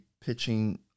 pitching